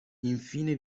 infine